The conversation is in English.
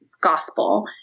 gospel